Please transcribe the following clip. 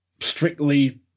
strictly